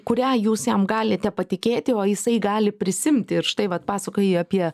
kurią jūs jam galite patikėti o jisai gali prisimti ir štai vat pasakojai apie